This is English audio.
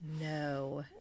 No